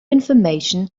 information